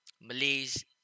Malays